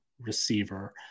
receiver